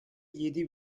yedi